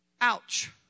Ouch